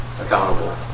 accountable